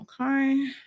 Okay